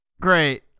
Great